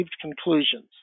conclusions